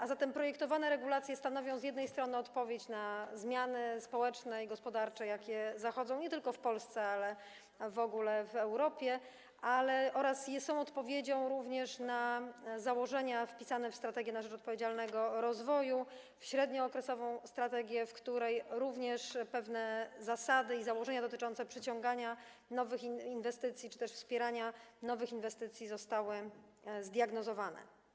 A zatem projektowane regulacje stanowią z jednej strony odpowiedź na zmiany społeczne i gospodarcze, jakie zachodzą nie tylko w Polsce, ale w ogóle w Europie, oraz są odpowiedzią również na założenia wpisane w „Strategię na rzecz odpowiedzialnego rozwoju”, średniookresową strategię, w której również pewne zasady i założenia dotyczące przyciągania nowych inwestycji czy też wspierania nowych inwestycji zostały zdiagnozowane.